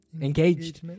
Engaged